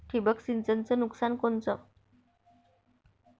ठिबक सिंचनचं नुकसान कोनचं?